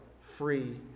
free